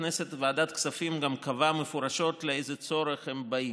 ועדת כספים גם קבעה מפורשות לאיזה צורך הם באים.